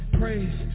praise